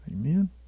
Amen